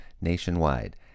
nationwide